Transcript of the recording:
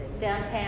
downtown